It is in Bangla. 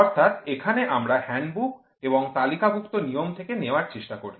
অর্থাৎ এখানে আমরা হ্যান্ডবুক এবং তালিকাভুক্ত নিয়ম থেকে নেওয়ার চেষ্টা করি